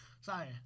sorry